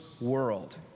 world